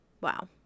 wow